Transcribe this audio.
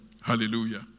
Hallelujah